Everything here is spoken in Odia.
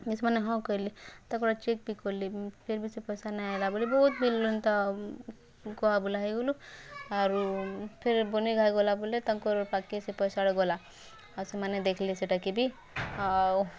ଯେ ସେମାନେ ହଁ କଇଲେ ତା'ର୍ ପରେ ଚେକ୍ ବି କଲେ ଫେର୍ ବି ସେ ପଇସା ନାଇଁ ଆଇଲା ବୋଲି ବହୁତ୍ ବେଲ୍ନୁ ଏନ୍ତା କୁହାବୁଲା ହେଇଗଲୁଁ ଆରୁ ଫେର୍ ବନେ ଘାଏ ଗଲା ବୋଲେ ତାଙ୍କର୍ ପାଖକେ ସେ ପଇସାଟା ଗଲା ଆରୁ ସେମାନେ ଦେଖ୍ଲେ ସେଟାକେ ବି ଆଉ